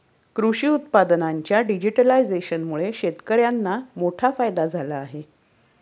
कृषी उत्पादनांच्या डिजिटलायझेशनमुळे शेतकर्यांना मोठा फायदा झाला आहे